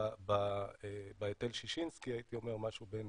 בהיטל ששינסקי, משהו בין